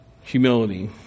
humility